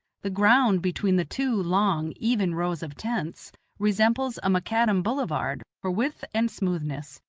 the ground between the two long, even rows of tents resembles a macadam boulevard for width and smoothness,